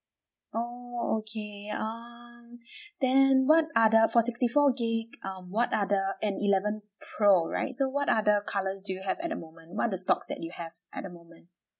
oh okay um then what other for sixty four gig um what other an eleven pro right so what other colours do you have at the moment what are the stocks you have at the moment